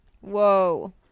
Whoa